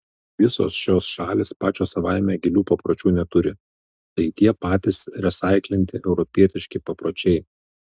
visos šios šalys pačios savaime gilių papročių neturi tai tie patys resaiklinti europietiški papročiai